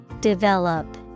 Develop